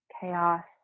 chaos